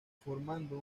formando